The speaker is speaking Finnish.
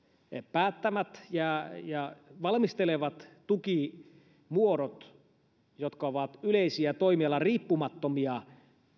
päättämät ja valmistelemat tukimuodot jotka ovat yleisiä toimialariippumattomia